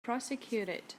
prosecuted